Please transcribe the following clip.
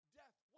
death